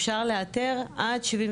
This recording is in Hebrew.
אפשר לאתר עד 72,